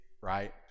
right